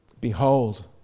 Behold